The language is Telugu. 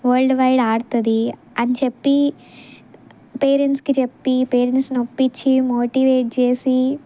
వరల్డ్ వైడ్ ఆడుతుంది అని చెప్పిపేరెంట్స్కి చెప్పి పేరెంట్స్ని ఒప్పించి మోటివేట్ చేసి